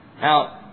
Now